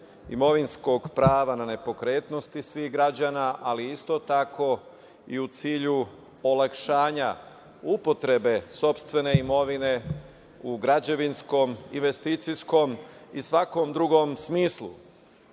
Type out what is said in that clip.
imovinskog prava na nepokretnosti svih građana, ali isto tako i u cilju olakšanja upotrebe sopstvene imovine u građevinskom, investicijskom i svakom drugom smislu.